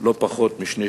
לא פחות משני-שלישים,